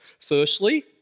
Firstly